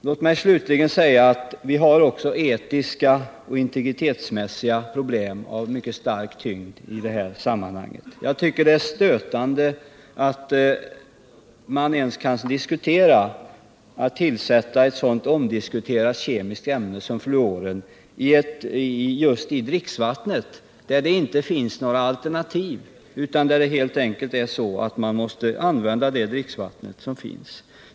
Låt mig slutligen säga att det också finns etiska och integritetsmässiga problem av mycket stor tyngd i det här sammanhanget. Jag tycker det är stötande att man över huvud taget kan diskutera att tillsätta ett så omstritt kemiskt ämne som fluor just till dricksvattnet, här finns ju inte några alternativ för medborgarna utan man måste helt enkelt använda det dricksvatten som finns.